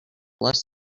less